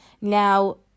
Now